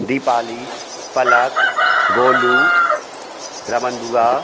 दीपाली पलक गोलू रमन बुआ